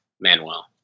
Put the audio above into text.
Manuel